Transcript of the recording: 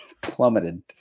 plummeted